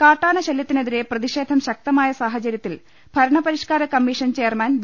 കാട്ടാന ശലൃത്തിനെതിരെ പ്രതിഷേധം ശക്തമായ സാഹചരൃത്തിൽ ഭരണപരിഷ്കാര് ്കമ്മീഷൻ ചെയർമാൻ വി